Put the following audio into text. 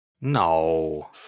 No